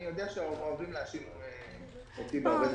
אני יודע שאוהבים להאשים אותי בהרבה דברים,